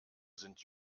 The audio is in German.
sind